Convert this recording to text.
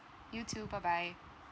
you too bye bye